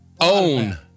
own